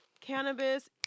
cannabis